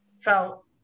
felt